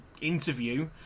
interview